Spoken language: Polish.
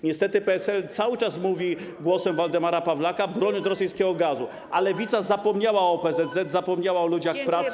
Niestety PSL cały czas mówi głosem Waldemara Pawlaka, broniąc rosyjskiego gazu, a Lewica zapomniała o OPZZ, zapomniała o ludziach pracy.